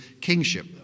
kingship